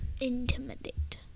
Intimidate